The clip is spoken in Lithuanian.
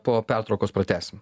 po pertraukos pratęsim